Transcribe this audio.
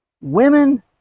women